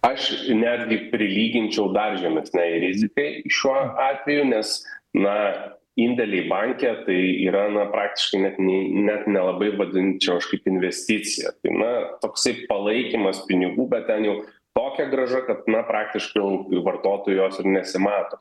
aš netgi prilyginčiau dar žemesnei rizikai šuo atveju nes na indėliai banke tai yra praktiškai net nei net nelabai vadinčiau aš kaip investicija tai na toksai palaikymas pinigų bet ten juk tokia grąža kad na praktiškai jau vartotojui jos ir nesimato